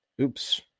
Oops